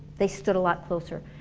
they stood a lot closer,